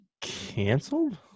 canceled